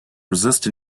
resist